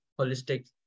holistic